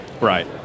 Right